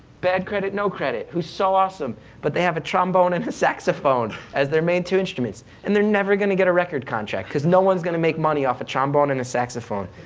bad credit no credit, who's so awesome but they have a trombone and a saxophone as their main two instruments, and they're never gonna get a record contract because no one is going to make money off a trombone and a saxophone.